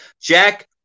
Jack